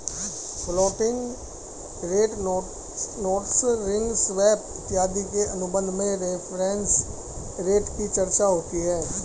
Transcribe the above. floating rate notes ring swap इत्यादि के अनुबंध में रेफरेंस रेट की चर्चा होती है